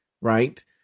Right